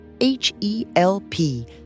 H-E-L-P